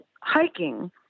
hiking